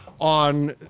on